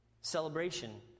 celebration